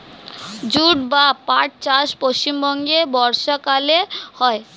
jute বা পাট চাষ পশ্চিমবঙ্গে বর্ষাকালে হয়